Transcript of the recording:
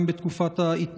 בבקשה.